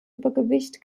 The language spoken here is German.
übergewicht